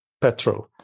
petrol